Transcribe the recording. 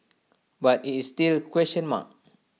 but IT is still question mark